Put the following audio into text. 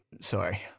sorry